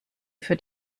für